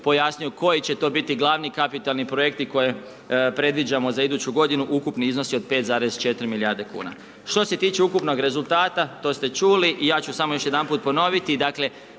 pojasnio, koji će to biti glavni kapitalni projekti koje predviđamo za iduću g. ukupni iznosi od 5,4 milijardi kn. Što se tiče ukupnog rezultata, to ste čuli i ja ću još jedanput ponoviti,